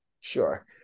sure